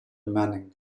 manning